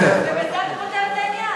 ובזה אתה פותר את העניין.